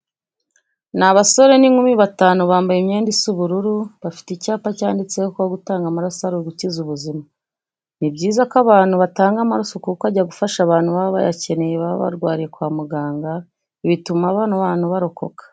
Ni abasore n'inkumi batanu bambaye imyenda isa ubururu, bafite icyapa cyanditseho ko gutanga amaraso ari ugukiza ubuzima. Ni byiza ko abantu batanga amaraso kuko ajya gufasha abantu baba bayakeneye baba barwariye kwa muganga, ibi bituma bano bantu barokoka.